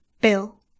Bill